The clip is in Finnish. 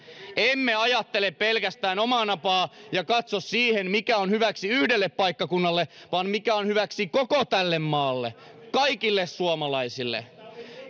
emme ajattele pelkästään omaa napaamme ja katso sitä mikä on hyväksi yhdelle paikkakunnalle vaan sitä mikä on hyväksi koko tälle maalle kaikille suomalaisille